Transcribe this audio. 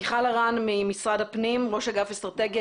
מיכל ארן ממשרד הפנים, ראש אגף אסטרטגיה.